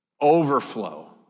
Overflow